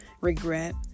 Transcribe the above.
regret